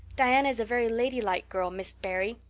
diana is a very ladylike girl, miss barry.